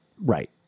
Right